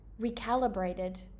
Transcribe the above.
recalibrated